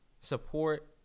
support